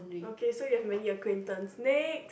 okay so you have many acquaintance next